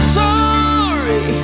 sorry